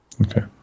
Okay